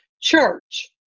church